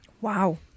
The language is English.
Wow